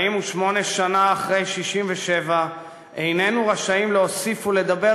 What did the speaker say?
48 שנה אחרי 1967 איננו רשאים להוסיף ולדבר